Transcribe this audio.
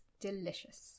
delicious